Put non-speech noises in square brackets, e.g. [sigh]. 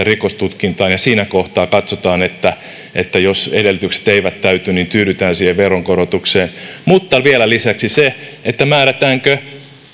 [unintelligible] rikostutkintaan ja siinä kohtaa katsotaan että että jos edellytykset eivät täyty niin tyydytään siihen veronkorotukseen mutta vielä lisäksi on se määrätäänkö